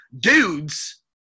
dudes